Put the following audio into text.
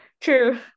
True